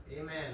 Amen